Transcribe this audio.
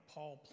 Paul